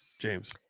James